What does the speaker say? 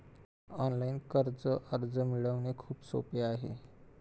online कर्ज अर्ज मिळवणे खूप सोपे आहे